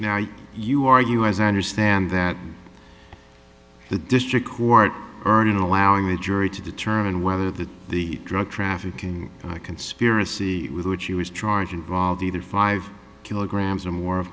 now you are you as i understand that the district court earning allowing a jury to determine whether the the drug trafficking conspiracy with which he was charged involve either five kilograms or more of